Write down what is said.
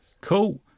Cool